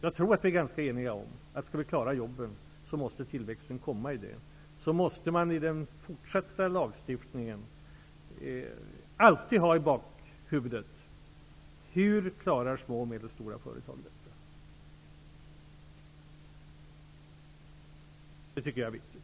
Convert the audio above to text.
Jag tror att vi är ganska eniga om att tillväxten måste ske inom de små och medelstora företagen om vi skall klara jobben. Därför måste man i fortsättningen i samband med att lagar stiftas alltid i bakhuvudet ha frågan: Hur klarar små och medelstora företag detta? Det tycker jag är viktigt.